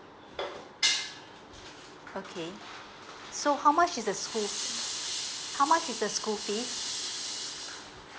okay so how much is the school how much is the school fees